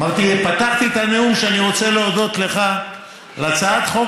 פתחתי את הנאום בכך שאני רוצה להודות לך על הצעת חוק